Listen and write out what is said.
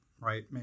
Right